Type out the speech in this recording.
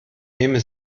nehme